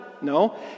No